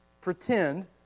pretend